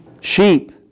sheep